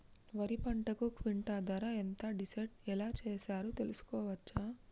వరి పంటకు క్వింటా ధర ఎంత డిసైడ్ ఎలా చేశారు తెలుసుకోవచ్చా?